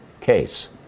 case